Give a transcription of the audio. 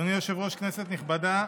אדוני היושב-ראש, כנסת נכבדה,